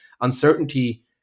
uncertainty